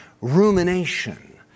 rumination